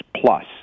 Plus